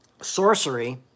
sorcery